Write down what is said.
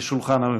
לשולחן הממשלה.